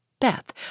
Beth